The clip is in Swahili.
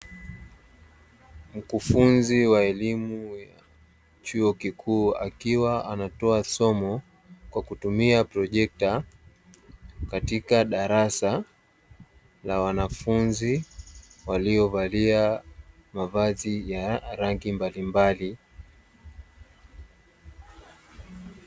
Mkufunzi wa elimu ya chuo kikuu akiwa anatoa somo kwa kutumia projekta, katika darasa la wanafunzi waliovalia mavazi ya rangi mbalimbali.